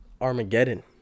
Armageddon